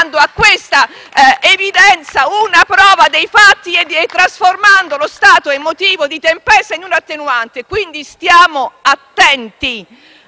a questa evidenza una prova dei fatti e trasformando lo stato emotivo di tempesta in una attenuante. *(Applausi dai